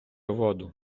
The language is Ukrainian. воду